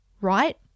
Right